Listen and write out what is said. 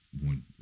one